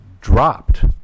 dropped